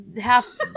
half